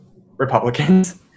Republicans